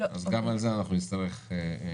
אז גם על זה אנחנו נצטרך לדון.